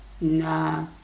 nah